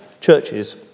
churches